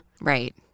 Right